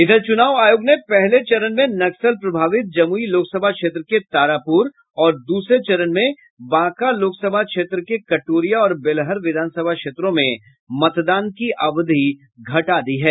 इधर चुनाव आयोग ने पहले चरण में नक्सल प्रभावित जमुई लोकसभा क्षेत्र के तारापुर और दूसरे चरण में बांका लोकसभा क्षेत्र के कटोरिया और बेलहर विधानसभा क्षेत्रों में मतदान की अवधि घटा दी है